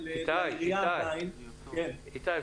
אין ספק,